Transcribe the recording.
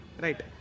Right